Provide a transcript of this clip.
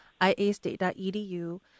IASTate.edu